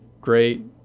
great